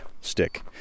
stick